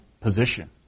position